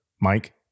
Mike